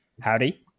Howdy